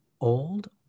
old